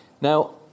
Now